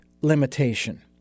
limitation